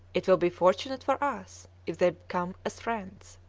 it will be fortunate for us if they come as friends.